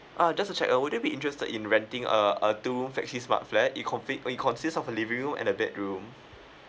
ah just to check uh would you be interested in renting a a two room flexi smart flat it complete it consist of a living room and a bedroom